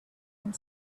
and